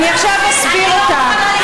יש גבול.